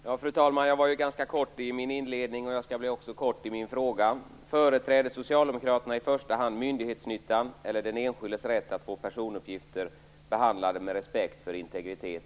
Fru talman! Jag var ganska kortfattad i min inledning, och jag skall vara kortfattad i min fråga: Företräder Socialdemokraterna i första hand myndighetsnyttan eller den enskildes rätt att få personuppgifter behandlade med respekt för integritet?